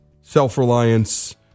self-reliance